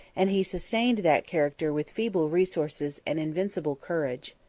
and he sustained that character with feeble resources and invincible courage.